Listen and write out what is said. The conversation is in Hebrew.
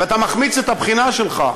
ואתה מחמיץ את הבחינה שלך.